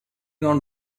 non